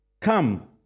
Come